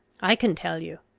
i can tell you.